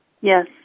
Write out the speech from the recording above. Yes